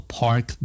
park